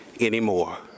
anymore